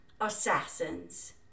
assassins